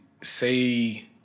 say